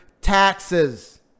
taxes